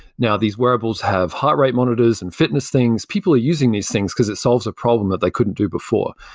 now these wearables have heart rate monitors and fitness things. people are using these things, because it solves a problem that they couldn't do before.